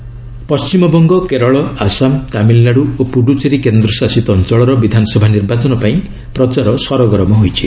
election campaigning Paschimbanga Kerala Assam Tamil Nadu ଓ ପୁଡ଼ୁଚେରୀ କେନ୍ଦ୍ରଶାସିତ ଅଞ୍ଚଳର ବିଧାନସଭା ନିର୍ବାଚନ ପାଇଁ ପ୍ରଚାର ସରଗରମ ହୋଇଛି